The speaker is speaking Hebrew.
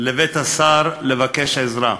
לבית השר, לבקש עזרה.